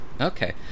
okay